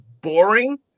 boring